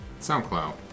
SoundCloud